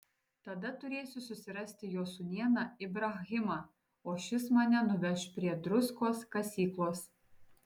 tada turėsiu susirasti jo sūnėną ibrahimą o šis mane nuveš prie druskos kasyklos